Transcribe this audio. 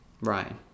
Ryan